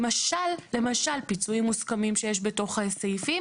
למשל פיצויים מוסכמים שיש בתוך ההסכמים